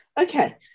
okay